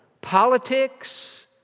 politics